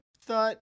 thought